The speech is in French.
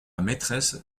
maîtresse